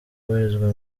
ubarizwa